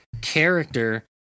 character